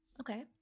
Okay